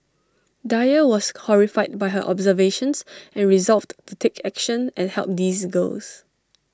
dyer was horrified by her observations and resolved to take action and help these girls